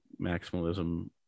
maximalism